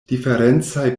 diferencaj